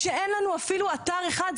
כשאין לנו אפילו אתר אחד,